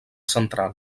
central